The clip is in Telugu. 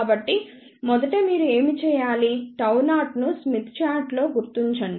కాబట్టిమొదట మీరు ఏమి చేయాలి Γ0 ను స్మిత్ చార్టులో గుర్తించండి